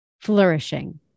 flourishing